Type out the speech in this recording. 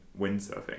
windsurfing